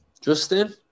Justin